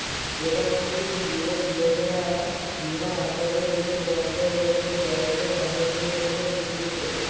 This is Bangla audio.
প্রধানমন্ত্রী জীবন যোজনা বীমা আঠারো থেকে পঞ্চাশ বছর বয়সের মানুষদের জন্য স্বীকৃত